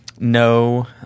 No